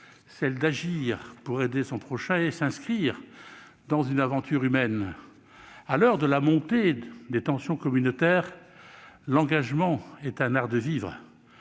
celle d'agir pour aider son prochain et s'inscrire dans une aventure humaine. À l'heure de la montée des tensions communautaires, l'engagement est un art de vivre.